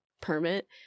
permit